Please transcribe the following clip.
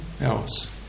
else